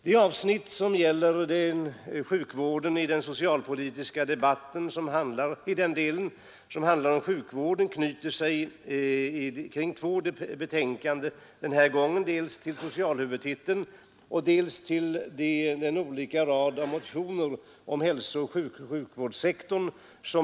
Det avsnitt av den socialpolitiska debatten som gäller sjukvården knyts denna gång till två betänkanden — dels betänkandet nr 5 som behandlar socialhuvudtiteln, dels betänkandet nr 4 som behandlar den långa raden av motioner om hälsooch sjukvårdssektorn.